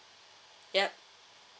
yup